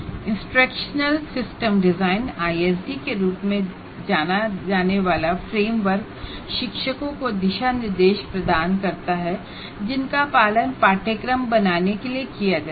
instructional system design के रूप में जाना जाने वाला फ्रेमवर्क शिक्षकों को गाइडलाइन प्रदान करता है जिनका पालन कोर्स बनाने के लिए किया जा सकता है